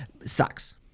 sucks